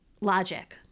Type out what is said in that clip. logic